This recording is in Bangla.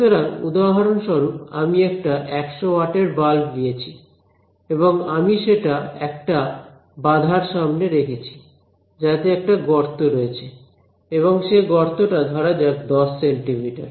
সুতরাং উদাহরণস্বরূপ আমি একটা 100 ওয়াটের বাল্ব নিয়েছি এবং আমি সেটা একটা বাধার সামনে রেখেছি যাতে একটা গর্ত রয়েছে এবং সে গর্তটা ধরা যাক 10 সেন্টিমিটার